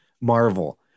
Marvel